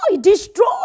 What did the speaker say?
destroy